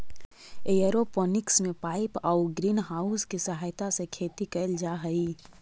aeroponics में pipe आउ greenhouse के सहायता से खेती कैल जा हइ